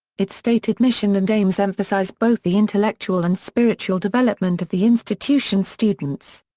its stated mission and aims emphasize both the intellectual and spiritual development of the institution's students.